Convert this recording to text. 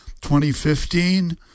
2015